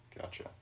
Gotcha